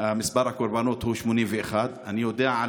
ומספר הקורבנות הוא 81. אני יודע על